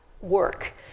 work